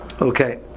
okay